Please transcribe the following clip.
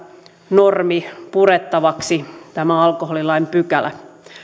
normi purettavaksi tämä alkoholilain pykälä